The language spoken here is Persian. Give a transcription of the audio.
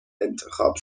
انتخاب